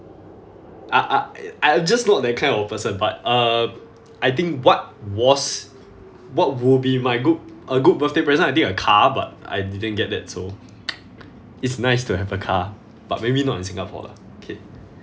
I I uh I just not that kind of person but uh I think what was what would be my good a good birthday present I think a car but I didn't get that so it's nice to have a car but maybe not in singapore lah okay